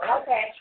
Okay